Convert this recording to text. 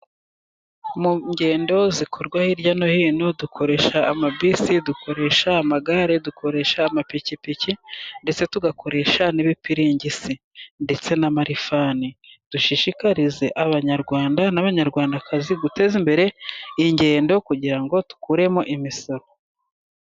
Mu ngendo zikorwa hirya no hino dukoresha amabisi, dukoresha amagare, dukoresha amapikipiki, ndetse tugakoresha n'ibipiringisi, ndetse n'amarifani, dushishikarize abanyarwanda n'abanyarwandakazi guteza imbere ingendo kugira ngo tukuremo imisoro.